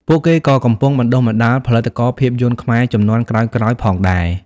ពួកគេក៏កំពុងបណ្តុះបណ្ដាលផលិតករភាពយន្តខ្មែរជំនាន់ក្រោយៗផងដែរ។